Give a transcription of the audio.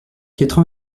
quatre